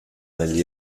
negli